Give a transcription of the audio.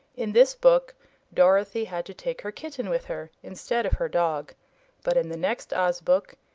in this book dorothy had to take her kitten with her instead of her dog but in the next oz book,